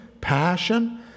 passion